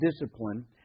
discipline